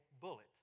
bullet